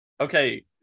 Okay